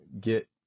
get